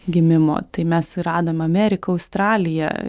gimimo tai mes radom amerika australija